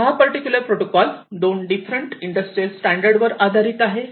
हा particular protocol 2 different industrial standard वर आधारित आहे